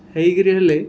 ହେଇ କରି ହେଲେ